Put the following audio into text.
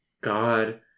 God